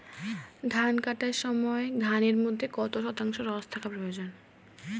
ধান কাটার সময় ধানের মধ্যে কত শতাংশ রস থাকা প্রয়োজন?